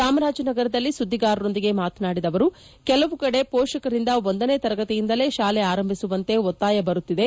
ಚಾಮರಾಜನಗರದಲ್ಲಿ ಸುದ್ದಿಗಾರರೊಂದಿಗೆ ಮಾತನಾಡಿದ ಅವರು ಕೆಲವು ಕಡೆ ಪೋಷಕರಿಂದ ಒಂದನೇ ತರಗತಿಯಿಂದಲೇ ಶಾಲೆ ಆರಂಭಿಸುವಂತೆ ಒತ್ತಾಯ ಬರುತ್ತಿದೆ